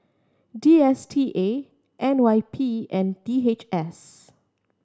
D S T A N Y P and D H S